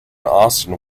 austin